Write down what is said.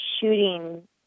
shooting